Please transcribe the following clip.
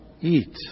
eat